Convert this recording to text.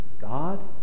God